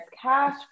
cash